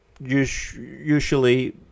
usually